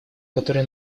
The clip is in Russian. которая